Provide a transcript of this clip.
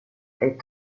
est